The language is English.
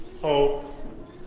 hope